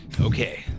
Okay